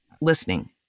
listening